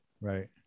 Right